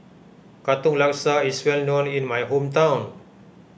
Katong Laksa is well known in my hometown